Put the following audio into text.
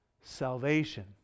salvation